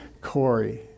Corey